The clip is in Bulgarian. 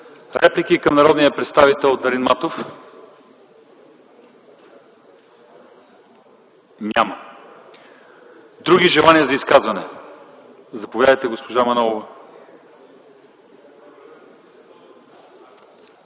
Реплики към народния представител Дарин Матов. Няма. Други желания за изказване? Заповядайте, госпожа Манолова.